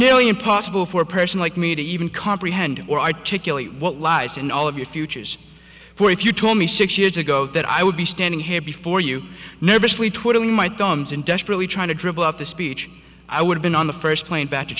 nearly impossible for a person like me to even comprehend or articulate what lies in all of your futures for if you told me six years ago that i would be standing here before you nervously twiddling my thumbs and desperately trying to dribble out the speech i would have been on the first plane back to